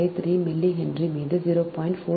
353 millihenry மீது 0